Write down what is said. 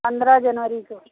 पंद्रह जनवरी को